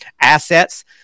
Assets